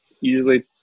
usually